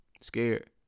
Scared